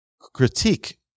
critique